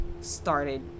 started